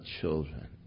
children